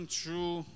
true